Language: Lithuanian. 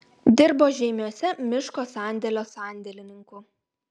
dirbo žeimiuose miško sandėlio sandėlininku